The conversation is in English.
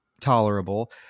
tolerable